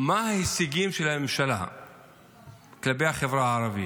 מה ההישגים של הממשלה כלפי החברה הערבית?